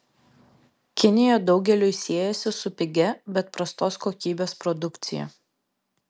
kinija daugeliui siejasi su pigia bet prastos kokybės produkcija